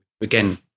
Again